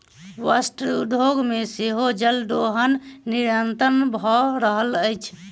वस्त्र उद्योग मे सेहो जल दोहन निरंतन भ रहल अछि